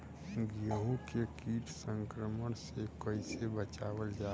गेहूँ के कीट संक्रमण से कइसे बचावल जा?